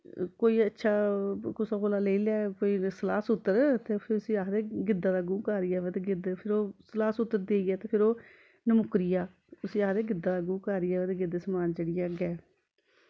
कोई अच्छा कुसा कोला लेई लै कोई सलाह् सूत्तर फिर उस्सी आखदे गिद्द दा गूह् कारिया अवै ते गिद्द फिर ओह् सलाह् सूत्तर देईयै ते फिर ओह् नमुक्करी जा उस्सी आखदे गिद्द दा गूह् कारिया अवै ते गिद्द समान चढ़ी जा